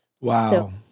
Wow